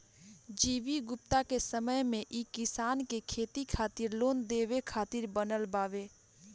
G V Gupta के समय मे ई किसान के खेती खातिर लोन देवे खातिर बनल बावे